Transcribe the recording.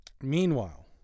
Meanwhile